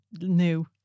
new